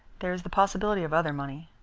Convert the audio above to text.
there is the possibility of other money.